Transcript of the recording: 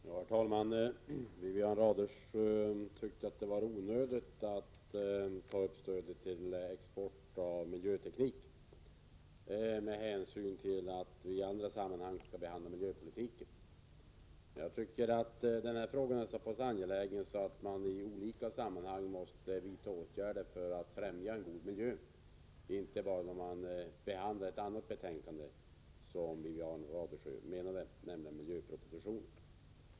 Herr talman! Wivi-Anne Radesjö tyckte att det var onödigt att ta upp stödet till export av miljöteknik med hänsyn till att vi i andra sammanhang skall behandla miljöpolitiken. Denna fråga är så pass angelägen att man vid olika tillfällen måste diskutera åtgärder för att främja en god miljö, inte bara i samband med att man behandlar miljöpropositionen, som Wivi-Anne Radesjö menade.